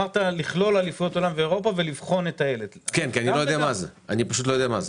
אני פשוט לא יודע מה זה.